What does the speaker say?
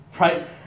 Right